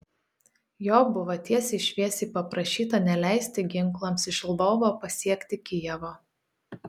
jo buvo tiesiai šviesiai paprašyta neleisti ginklams iš lvovo pasiekti kijevo